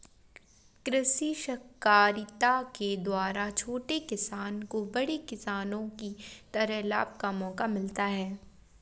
कृषि सहकारिता के द्वारा छोटे किसानों को बड़े किसानों की तरह लाभ का मौका मिलता है